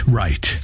right